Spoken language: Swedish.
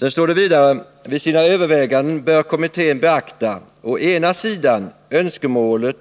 Så står det vidare: ”Vid sina överväganden bör kommittén beakta å ena sidan önskemålet